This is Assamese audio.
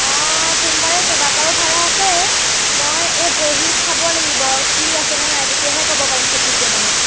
অঁ সোমবাৰে কেইবাটাও ভাড়া আছে মই এই বহীত চাব লাগিব ফ্ৰী আছেনে নাই তেতিয়াহে ক'ব পাৰিম সঠিককৈ মানে